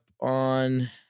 on